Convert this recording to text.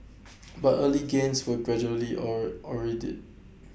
but early gains were gradually or eroded